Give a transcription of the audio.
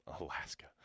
Alaska